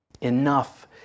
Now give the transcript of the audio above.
Enough